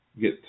get